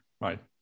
right